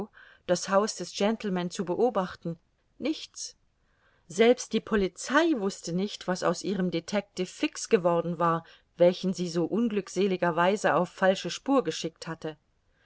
das haus des gentleman zu beobachten nichts selbst die polizei wußte nicht was aus ihrem detectiv fix geworden war welchen sie so unglückseliger weise auf falsche spur geschickt hatte